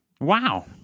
Wow